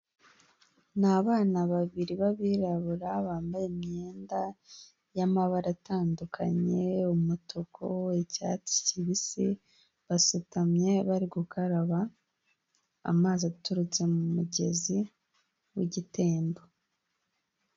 Ni abana babiri b'abirabura bambaye imyenda y'amabara atandukanye; umutuku, icyatsi kibisi. Basutamye bari gukaraba amazi aturutse mu mugezi w'igitembo.